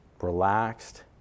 relaxed